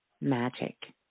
Magic